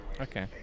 Okay